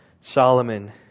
Solomon